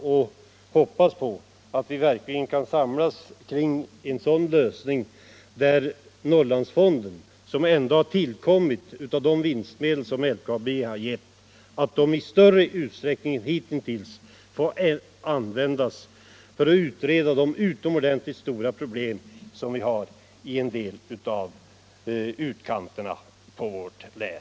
Jag hoppas att vi verkligen skall kunna samlas kring en sådan lösning, där Norrlandsfonden — som ändå har skapats av de vinstmedel som LKAB har gett —- i större utsträckning än hittills får användas för att utreda de utomordentligt stora problem som vi har f.n. i en del av utkanterna av vårt län.